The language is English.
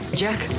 jack